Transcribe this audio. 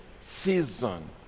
season